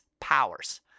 powers